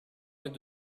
mais